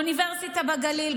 אוניברסיטה בגליל,